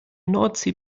nordsee